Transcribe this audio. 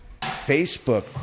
Facebook